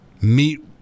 meet